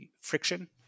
friction